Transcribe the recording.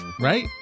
Right